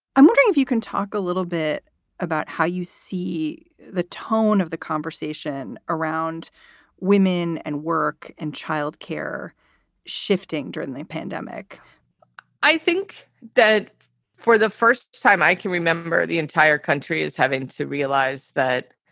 i'm wondering if you can talk a little bit about how you see the tone of the conversation around women and work and child care shifting during the pandemic i think that for the first time i can remember the entire country is having to realize that.